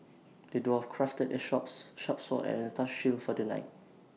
the dwarf crafted A short sharp sword and A tough shield for the knight